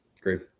Great